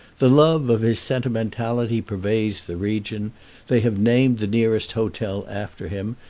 the love of his sentimentality pervades the region they have named the nearest hotel after him,